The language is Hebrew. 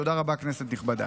תודה רבה, כנסת נכבדה.